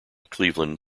cleveland